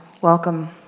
welcome